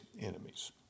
enemies